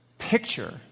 picture